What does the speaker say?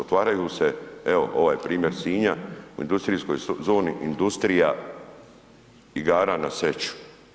Otvaraju se evo, ovaj primjer Sinja, u industrijskoj zoni, industrija igara na sreću.